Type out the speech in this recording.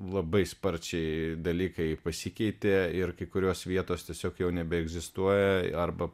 labai sparčiai dalykai pasikeitė ir kai kurios vietos tiesiog jau nebeegzistuoja arba